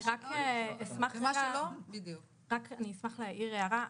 אני רק אשמח להעיר הערה.